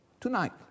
tonight